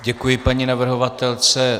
Děkuji paní navrhovatelce.